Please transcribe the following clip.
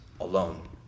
alone